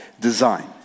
design